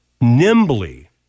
nimbly